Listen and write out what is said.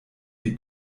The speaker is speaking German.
die